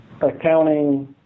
accounting